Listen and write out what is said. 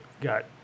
got